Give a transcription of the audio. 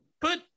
put